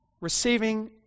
receiving